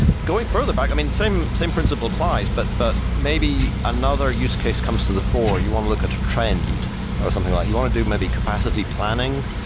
going further back, i mean same same principle applies, but but maybe another use case comes to the fore. you want to look at the trend or something like you want to do maybe capacity planning.